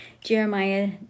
Jeremiah